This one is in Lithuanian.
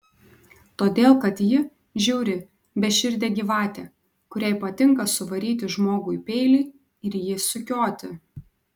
todėl kad ji žiauri beširdė gyvatė kuriai patinka suvaryti žmogui peilį ir jį sukioti